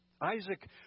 Isaac